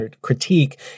critique